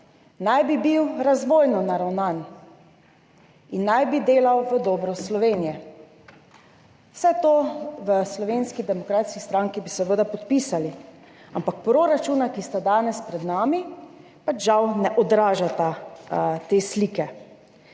naj bi bil razvojno naravnan in naj bi delal v dobro Slovenije. Vse to bi v Slovenski demokratski stranki seveda podpisali, ampak proračuna, ki sta danes pred nami, žal ne odražata te slike.